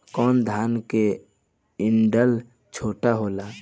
कौन धान के डंठल छोटा होला?